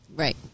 Right